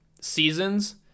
seasons